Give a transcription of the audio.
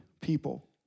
people